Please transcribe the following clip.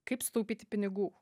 kaip sutaupyti pinigų